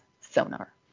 sonar